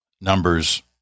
Numbers